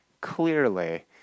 clearly